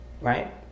Right